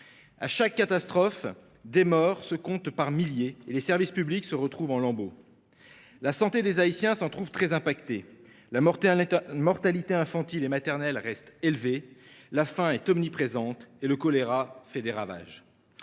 À chaque catastrophe, les morts se comptent par milliers et les services publics se retrouvent en lambeaux. La santé des Haïtiens s’en trouve très dégradée : la mortalité infantile et maternelle reste élevée, la faim est omniprésente et le choléra fait des ravages.